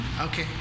okay